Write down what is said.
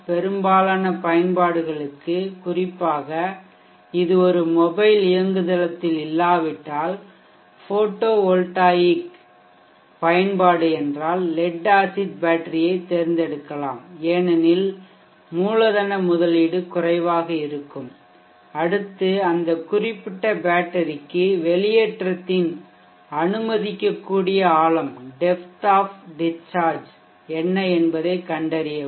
பெரும்பாலான பயன்பாடுகளுக்கு குறிப்பாக இது ஒரு மொபைல் இயங்குதளத்தில் இல்லாவிட்டால் போட்டோ வோல்டாயிக் சூரிய ஒளிமின்னழுத்த பயன்பாடு என்றால் லெட் ஆசிட் பேட்டரியைத் தேர்ந்தெடுக்கலாம் ஏனெனில் மூலதன முதலீடு குறைவாக இருக்கும் அடுத்து அந்த குறிப்பிட்ட பேட்டரிக்கு வெளியேற்றத்தின் அனுமதிக்கக்கூடிய ஆழம் டெப்த் ஆஃப் டிஷ்சார்ஜ் என்ன என்பதைக் கண்டறியவும்